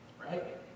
right